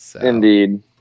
Indeed